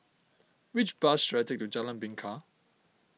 which bus should I take to Jalan Bingka